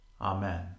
Amen